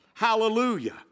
Hallelujah